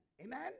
Amen